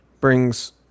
Brings